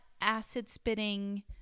acid-spitting